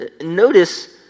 Notice